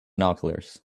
binoculars